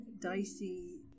dicey